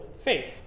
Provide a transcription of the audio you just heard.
faith